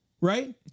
right